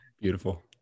beautiful